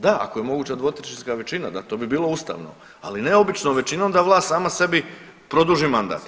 Da, ako je moguća dvotrećinska većina, da to bi bilo ustavno ali ne običnom većinom da vlast sama sebi produži mandat.